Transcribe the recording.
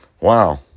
Wow